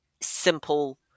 simple